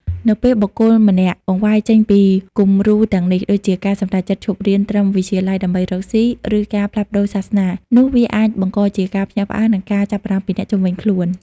នៅពេលបុគ្គលម្នាក់ បង្វែរចេញពីគំរូទាំងនេះ ដូចជាការសម្រេចចិត្តឈប់រៀនត្រឹមវិទ្យាល័យដើម្បីរកស៊ី, ឬការផ្លាស់ប្តូរសាសនា នោះវាអាចបង្កជាការភ្ញាក់ផ្អើល និងការចាប់អារម្មណ៍ពីអ្នកនៅជុំវិញខ្លួន។